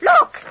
Look